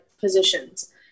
positions